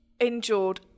endured